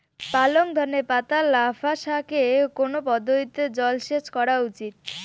পালং ধনে পাতা লাফা শাকে কোন পদ্ধতিতে জল সেচ করা উচিৎ?